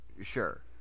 sure